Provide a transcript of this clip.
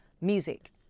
music